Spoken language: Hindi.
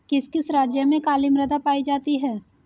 किस किस राज्य में काली मृदा पाई जाती है?